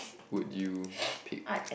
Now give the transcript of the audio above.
would you pick